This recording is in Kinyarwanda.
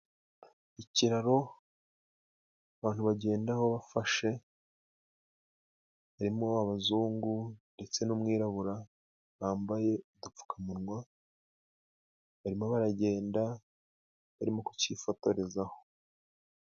Ikiraro abantu bagendaho bafashe harimo: abazungu ndetse n'umwirabura bambaye udupfukamunwa, barimo baragenda barimo kukifotorezaho